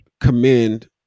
commend